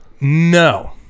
no